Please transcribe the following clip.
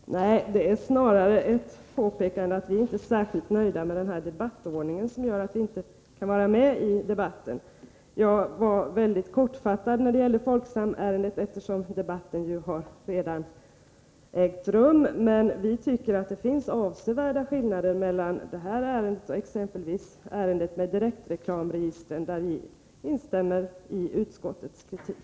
Fru talman! Nej, det är snarare ett påpekande att vi inte är särskilt nöjda med denna debattordning, som gör att vi inte kan vara med i debatten. Jag var mycket kortfattad när det gällde Folksamärendet, eftersom debatten redan hade ägt rum. Men vi tycker att det finns avsevärda skillnader mellan detta ärende och exempelvis ärendet med direktreklamregistren, där vi instämmer i utskottets kritik.